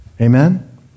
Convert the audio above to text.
Amen